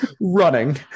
running